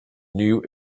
new